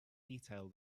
detail